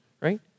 right